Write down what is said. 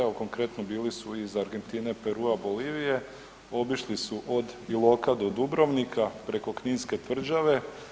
Evo konkretno, bili su iz Argentine, Perua, Bolivije, obišli su od Iloka do Dubrovnika preko kninske tvrđave.